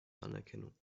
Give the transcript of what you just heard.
anerkennung